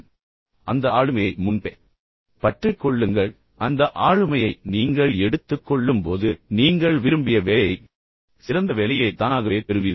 ஆனால் அந்த ஆளுமையை முன்பே பற்றிக் கொள்ளுங்கள் அந்த ஆளுமையை நீங்கள் எடுத்துக் கொள்ளும்போது நீங்கள் விரும்பிய வேலையை அல்லது ஒரு சிறந்த வேலையை தானாகவே பெறுவீர்கள்